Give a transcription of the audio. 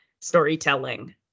storytelling